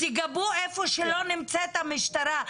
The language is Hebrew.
תגבו איפה שלא נמצאת המשטרה,